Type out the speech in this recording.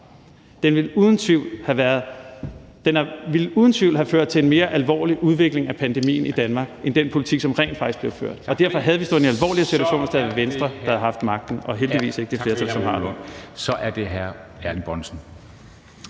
ville uden tvivl have ført til en mere alvorlig udvikling af pandemien i Danmark end den politik, som rent faktisk blev ført, og derfor havde vi stået i en alvorligere situation, hvis det havde været Venstre, der havde haft magten.